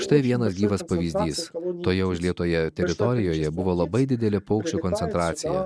štai vienas gyvas pavyzdys toje užlietoje teritorijoje buvo labai didelė paukščių koncentracija